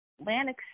Atlantic